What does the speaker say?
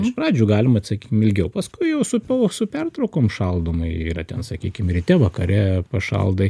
iš pradžių galima atsakym ilgiau paskui jau supuvo su pertraukom šaldoma yra ten sakykim ryte vakare pašaldai